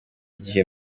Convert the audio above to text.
gihe